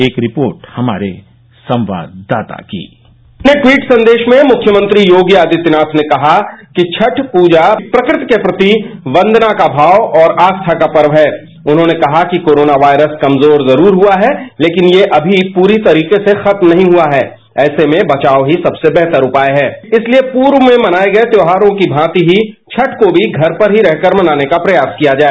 एक रिपोर्ट हमारे संवाददाता की अपने ट्वीट में मुख्यमंत्री योगी आदित्यनाथ ने कहा है कि छठ पूजा प्रकृति के प्रति वंदनी भाव और आत्था का पर्व है उन्होंने कहा कि कोरोनावायरस कमजोर जरूर हुआ है लेकिन यह भी पूरी तरीके से खत्म नहीं हुआ है ऐसे में बचाव ही सबसे बेहतर उपाय है इसलिए पूर्व में मनाए गए त्योहारों की तरह ही छठ को ही घर पर ही रहकर मनाने का प्रयास किया जाए